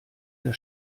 der